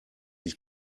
ich